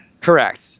Correct